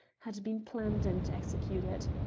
had been planned and executed.